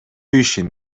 ишин